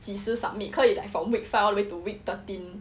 几时 submit 可以 like from weak five all the way to week thirteen